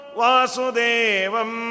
vasudevam